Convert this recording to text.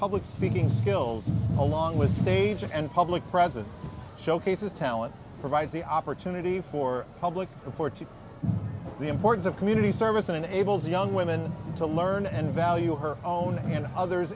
public speaking skills along with stage and public presence showcases talent provides the opportunity for public reporting the importance of community service enables young women to learn and value her own and others